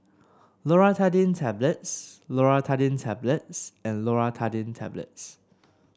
Loratadine Tablets Loratadine Tablets and Loratadine Tablets